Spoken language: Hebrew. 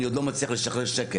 אני עוד לא מצליח לשחרר שקל,